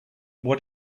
what